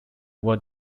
were